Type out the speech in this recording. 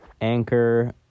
anchor